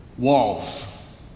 walls